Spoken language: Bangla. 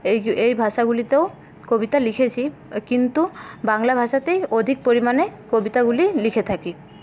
এই এই ভাষাগুলিতেও কবিতা লিখেছি কিন্তু বাংলা ভাষাতেই অধিক পরিমাণে কবিতাগুলি লিখে থাকি